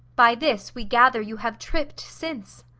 by this we gather you have tripp'd since.